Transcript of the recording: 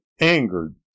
angered